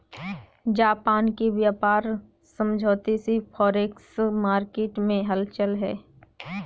Japan के व्यापार समझौते से फॉरेक्स मार्केट में हलचल है